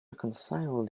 reconcile